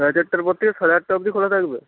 সাড়ে চারটের পর থেকে সাড়ে আটটা অবধি খোলা থাকবে